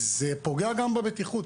וזה פוגע גם בבטיחות.